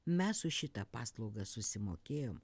mes už šitą paslaugą susimokėjom